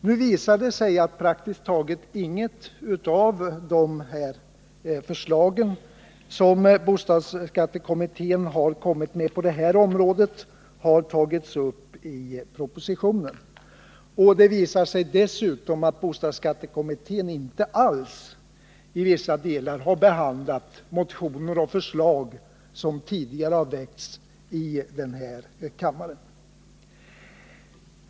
Nu visar det sig att praktiskt taget inget av de förslag som bostadsskattekommittén har kommit med på det här området har tagits uppi propositionen. Det visar sig dessutom att bostadsskattekommittén inte alls har behandlat vissa delar av de motioner och förslag som tidigare har väckts här i kammaren.